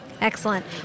Excellent